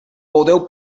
podeu